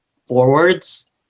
forwards